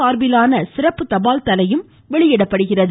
சார்பிலான சிறப்பு தபால் தலையும் வெளியிடப்படுகிறது